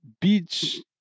beach